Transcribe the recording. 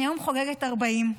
היום אני חוגגת 40,